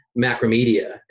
Macromedia